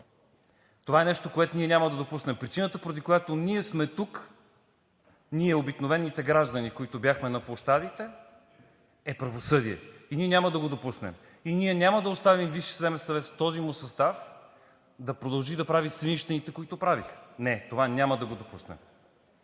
Това е нещо, което ние няма да допуснем. Причината, поради която ние сме тук – ние обикновените граждани, които бяхме на площадите е правосъдие, и ние няма да го допуснем. И ние няма да оставим Висшия съдебен съвет в този му състав да продължи да прави свинщините, които правиха. Не, това няма да го допуснем!